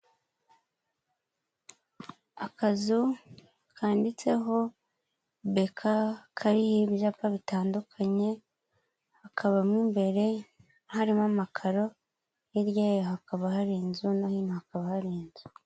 Akazu kanditseho Beka kariho ibyapa bitandukanye, hakaba mu imbere harimo amakaro, hirya yaho hakaba hari inzu no hino hakaba hari inzu.